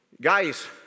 Guys